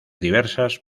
diversas